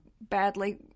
badly